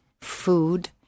food